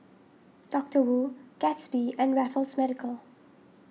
Doctor Wu Gatsby and Raffles Medical